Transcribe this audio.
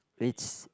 Ritz